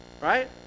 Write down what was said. right